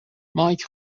مایک